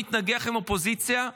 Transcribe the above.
מתנגח עם האופוזיציה.